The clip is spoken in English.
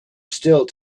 still